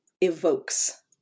evokes